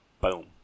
Boom